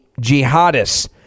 jihadists